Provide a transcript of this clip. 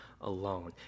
alone